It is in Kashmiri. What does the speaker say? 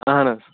اَہَن حظ